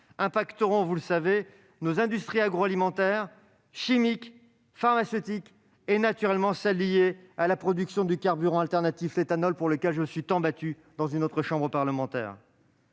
affecteront, vous le savez, nos industries agroalimentaires, chimiques, pharmaceutiques et, naturellement, les industries liées à la production du carburant alternatif éthanol, pour lequel je me suis tant battu dans une autre chambre parlementaire.